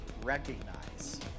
recognize